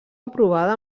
aprovada